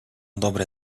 dobre